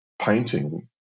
painting